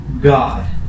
God